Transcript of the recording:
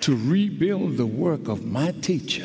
to rebuild the work of my teacher